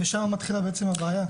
ושם מתחילה בעצם הבעיה.